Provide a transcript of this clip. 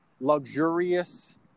luxurious